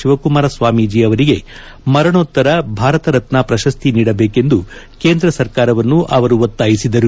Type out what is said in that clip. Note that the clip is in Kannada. ಶಿವಕುಮಾರ ಸ್ವಾಮೀಜಿ ಅವರಿಗೆ ಮರಣೋತ್ತರ ಭಾರತ ರತ್ನ ಪ್ರಶಸ್ತಿ ನೀಡಬೇಕೆಂದು ಕೇಂದ್ರ ಸರ್ಕಾರವನ್ನು ಅವರು ಒತ್ತಾಯಿಸಿದರು